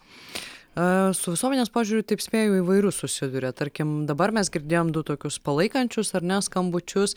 su visuomenės požiūriu taip spėju įvairiu susiduria tarkim dabar mes girdėjom du tokius palaikančius ar ne skambučius